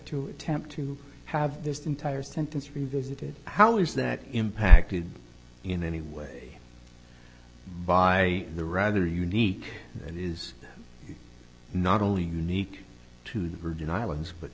to attempt to have this entire sentence revisited how is that impacted in any way by the rather unique and is not only unique to the virgin islands but